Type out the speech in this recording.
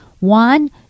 One